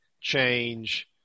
change